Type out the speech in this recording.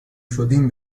شدیم